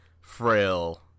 frail